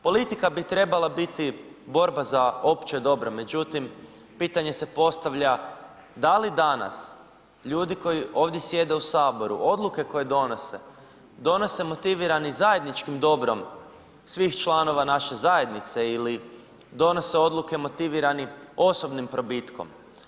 Politika bi trebala biti borba za opće dobro, međutim pitanje se postavlja da li danas ljudi koji ovdje sjede u Saboru, odluke koje donose, donose motivirani zajedničkim dobrom svih članova naše zajednice ili donose odluke motivirani osobnim probitkom?